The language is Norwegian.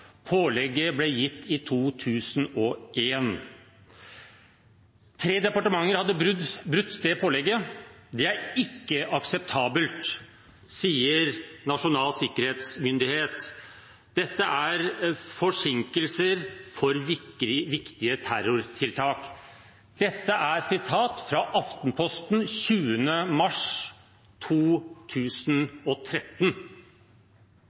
Pålegget ble gitt i 2001. Tre departementer hadde i 2013 brutt det pålegget. «Dette er ikke akseptabelt», sier Nasjonal sikkerhetsmyndighet. Det kan bety forsinkelser for viktige terrortiltak. «Statsråder bryter sikkerhetsloven.» Dette er alle sitat hentet fra Aftenposten 20. mars